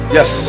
Yes